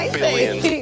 Billions